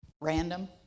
random